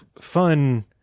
fun